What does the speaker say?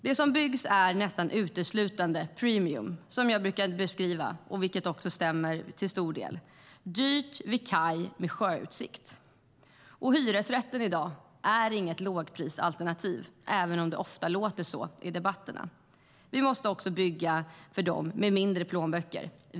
Det som byggs är nästan uteslutande premium, som jag brukar beskriva som dyrt vid kaj med sjöutsikt - vilket också stämmer till stor del. Och hyresrätten i dag är inget lågprisalternativ, även om det ofta låter så i debatterna. Vi måste också bygga för dem med mindre plånböcker.